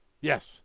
Yes